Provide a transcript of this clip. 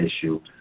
issue